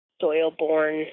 soil-borne